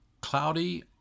cloudy